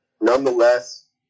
Nonetheless